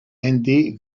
andy